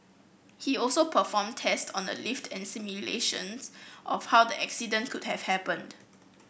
he also performed test on the lift and simulations of how the accident could have happened